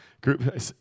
Group